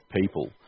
people